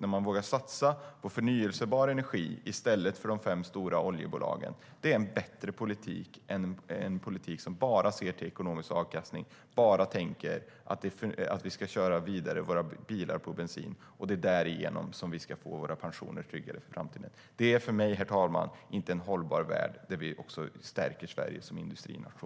våga satsa på förnybar energi i stället för på de fem stora oljebolagen är en bättre politik än en som bara ser till ekonomisk avkastning och bara tänker att vi ska fortsätta köra våra bilar på bensin och att detta ska trygga våra pensioner för framtiden. Det är inte en hållbar värld där vi stärker Sverige som industrination.